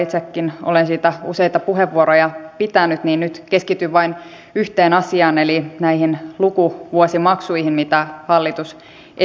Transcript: kun itsekin olen siitä useita puheenvuoroja pitänyt niin nyt keskityn vain yhteen asiaan eli näihin lukuvuosimaksuihin mitä hallitus esittää